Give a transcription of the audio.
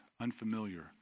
unfamiliar